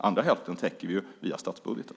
Andra hälften täcker vi via statsbudgeten.